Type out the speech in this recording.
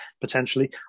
potentially